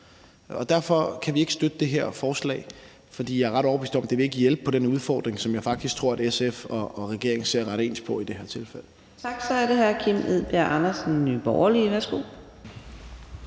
Derfor kan vi ikke støtte det her forslag, for jeg er ret overbevist om, at det ikke vil hjælpe på den udfordring, som jeg faktisk tror SF og regeringen ser ret ens på i det her tilfælde. Kl. 15:51 Fjerde næstformand (Karina